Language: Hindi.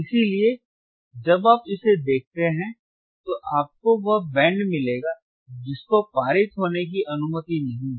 इसलिए जब आप इसे देखते हैं तो आपको वह बैंड मिलेगा जिसको पारित होने की अनुमति नहीं है